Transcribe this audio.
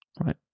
right